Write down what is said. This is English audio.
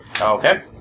Okay